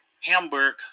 Hamburg